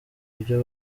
byo